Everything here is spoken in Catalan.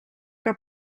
que